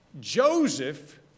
Joseph